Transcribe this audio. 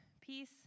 peace